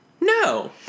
No